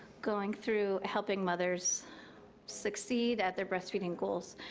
going through helping mothers succeed at their breastfeeding goals.